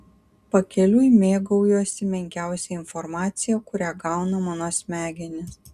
pakeliui mėgaujuosi menkiausia informacija kurią gauna mano smegenys